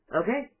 okay